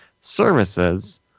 services